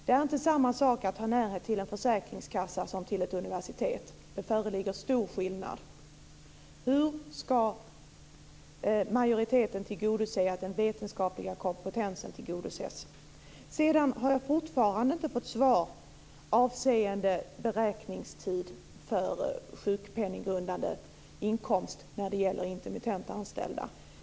Det är inte samma sak att ha närhet till en försäkringskassa som till ett universitet. Det föreligger stor skillnad. Hur ska majoriteten tillgodose att den vetenskapliga kompetensen tillgodoses? Sedan har jag fortfarande inte fått svar avseende frågan om beräkningstid för sjukpenninggrundande inkomst för intermittent anställda.